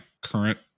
current